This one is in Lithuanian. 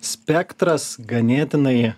spektras ganėtinai